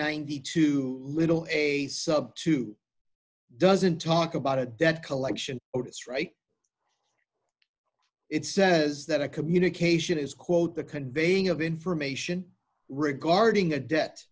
ninety two little a sub to doesn't talk about a debt collection strike it says that a communication is quote the conveying of information regarding a debt